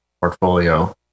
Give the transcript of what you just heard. portfolio